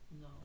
No